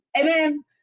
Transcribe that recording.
amen